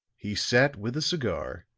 he sat with a cigar,